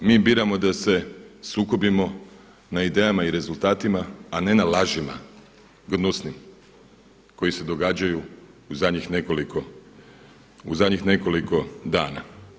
Mi biramo da se sukobimo na idejama i rezultatima a ne na lažima, gnusnim, koje se događaju u zadnjih nekoliko dana.